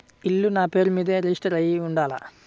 ఇల్లు నాపేరు మీదే రిజిస్టర్ అయ్యి ఉండాల?